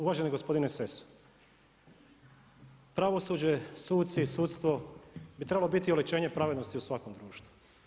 Uvaženi gospodine Sesa, pravosuđe, suci, sudstvo bi trebalo biti oličenje pravednosti u svakom društvu.